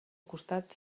costat